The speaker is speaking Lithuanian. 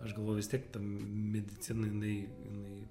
aš galvoju vis tiek ta medicina jinai jinai